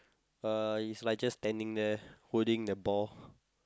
uh he's like just standing there holding the ball